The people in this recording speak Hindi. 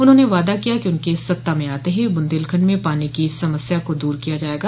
उन्होंने वादा किया कि उनके सत्ता में आते ही बुन्देलखंड में पानी की समस्या को दूर किया जायेगा